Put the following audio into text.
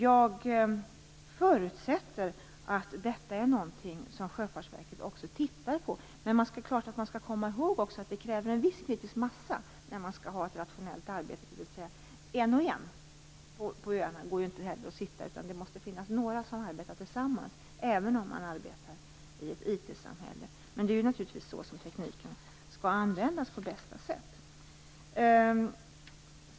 Jag förutsätter att detta är någonting som Sjöfartsverket tittar på, men man skall ha klart för sig att det krävs en viss kritisk massa för ett rationellt arbete, dvs. att det inte går att ha en och en på öarna, utan det måste finnas några som arbetar tillsammans även om vi arbetar i ett IT-samhälle. Det är naturligtvis så att tekniken skall användas på bästa sätt.